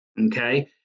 okay